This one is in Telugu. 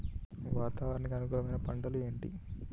వాతావరణానికి అనుకూలమైన పంటలు ఏంటి?